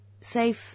safe